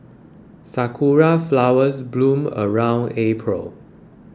sakura flowers bloom around April